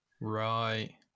right